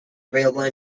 available